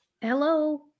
hello